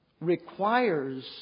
requires